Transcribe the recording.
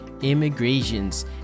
Immigrations